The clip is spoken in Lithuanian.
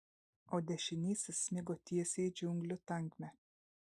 o dešinysis smigo tiesiai į džiunglių tankmę